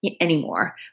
anymore